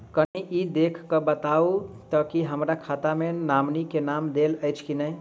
कनि ई देख कऽ बताऊ तऽ की हमरा खाता मे नॉमनी केँ नाम देल अछि की नहि?